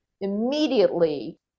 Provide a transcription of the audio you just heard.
immediately